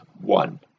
one